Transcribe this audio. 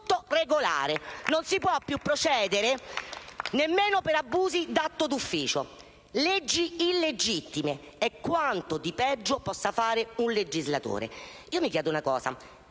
Non si può più procedere nemmeno per abusi di atti d'ufficio. Sono leggi illegittime. È quanto di peggio possa fare un legislatore. Io mi chiedo una cosa: